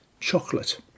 chocolate